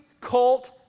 cult